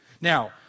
Now